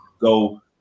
go